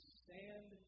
stand